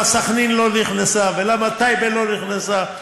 סח'נין לא נכנסה ולמה טייבה לא נכנסה?